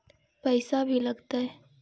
पैसा भी लगतय?